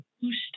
boost